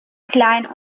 kleinen